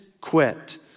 quit